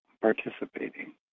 participating